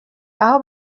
aho